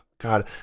God